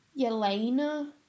Yelena